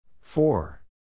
Four